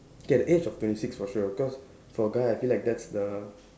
okay at the age of twenty six for sure cause for a guy I feel like that's the